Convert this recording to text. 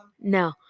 No